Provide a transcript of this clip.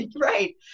right